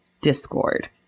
discord